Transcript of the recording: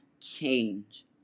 change